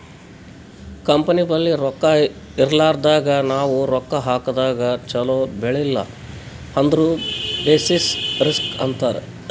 company ಬಲ್ಲಿ ರೊಕ್ಕಾ ಇರ್ಲಾರ್ದಾಗ್ ನಾವ್ ರೊಕ್ಕಾ ಹಾಕದಾಗ್ ಛಲೋ ಬೆಳಿಲಿಲ್ಲ ಅಂದುರ್ ಬೆಸಿಸ್ ರಿಸ್ಕ್ ಅಂತಾರ್